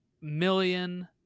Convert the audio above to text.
million